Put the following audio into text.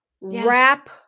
Wrap